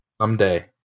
Someday